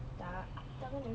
tak tak kena